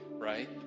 right